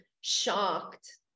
shocked